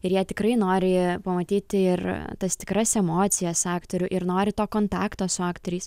ir jie tikrai nori pamatyti ir tas tikras emocijas aktorių ir nori to kontakto su aktoriais